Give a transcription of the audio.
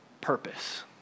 purpose